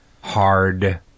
hard